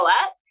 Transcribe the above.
up